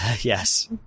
Yes